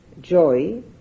joy